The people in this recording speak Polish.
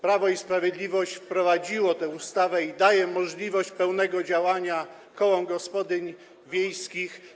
Prawo i Sprawiedliwość wprowadziło tę ustawę i daje możliwość pełnego działania kołom gospodyń wiejskich.